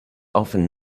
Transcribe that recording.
often